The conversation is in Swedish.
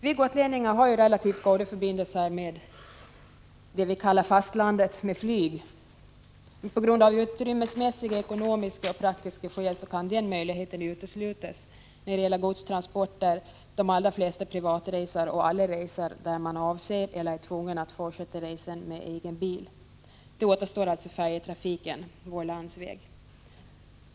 Vi gotlänningar har ju relativt goda förbindelser med fastlandet med flyg. Av utrymmesskäl, ekonomiska och praktiska skäl kan den möjligheten uteslutas när det gäller godstransporter, de flesta privatresor och alla resor där man avser att fortsätta resan med egen bil. Då återstår alltså färjetrafiken, vår landsväg.